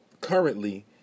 currently